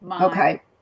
Okay